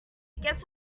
guess